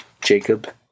Jacob